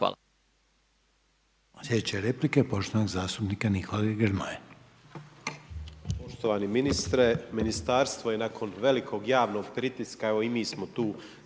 Hvala